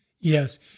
Yes